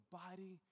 body